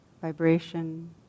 vibration